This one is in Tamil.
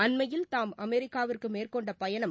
அண்மையில் தாம் அமெரிக்காவிற்கு மேற்கொண்ட பயணம்